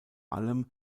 allem